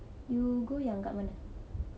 you go yang kat mana